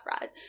right